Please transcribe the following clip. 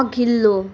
अघिल्लो